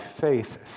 faith